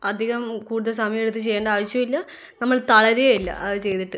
അധികം കൂടുതൽ സമയം എടുത്ത് ചെയ്യേണ്ട ആവശ്യമില്ല നമ്മൾ തളരൂകയേ ഇല്ല അതു ചെയ്തിട്ട്